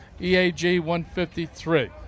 EAG-153